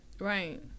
Right